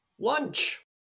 Lunch